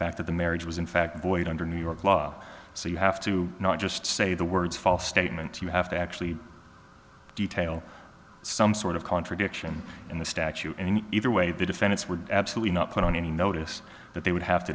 fact that the marriage was in fact void under new york law so you have to not just say the words false statements you have to actually detail some sort of contradiction in the statute any either way the defendants were absolutely not put on any notice that they would have to